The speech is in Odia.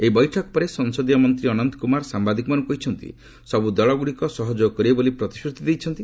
ଏହି ବୈଠକ ପରେ ସଂସଦୀୟ ମନ୍ତ୍ରୀ ଅନନ୍ତ କୁମାର ସାମ୍ବାଦିକମାନଙ୍କୁ କହିଛନ୍ତି ସବୁ ଦଳଗୁଡ଼ିକ ସହଯୋଗ କରିବେ ବୋଲି ପ୍ରତିଶ୍ରତି ଦେଇଛନ୍ତି